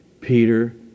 Peter